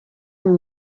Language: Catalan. amb